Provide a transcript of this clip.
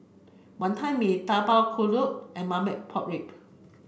Wantan Mee Tapak Kuda and Marmite Pork Rib